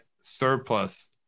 surplus